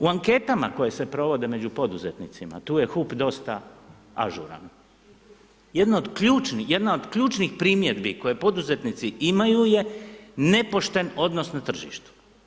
U anketama koje se provode među poduzetnicima, tu je HIP dosta ažuran, jedan od ključnih primjedbi koje poduzetnici imaju je nepošten odnos na tržištu.